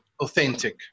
authentic